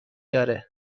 داره